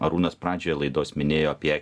arūnas pradžioje laidos minėjo apie